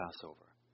Passover